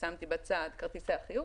כרטיסי החיוב,